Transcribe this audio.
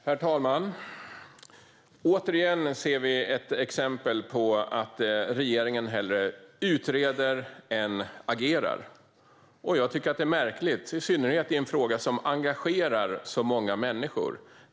Herr talman! Åter ser vi ett exempel på att regeringen hellre utreder än agerar. Jag tycker att det är märkligt, i synnerhet i en fråga som engagerar så många människor.